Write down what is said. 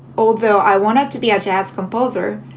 although i wanted to be a jazz composer,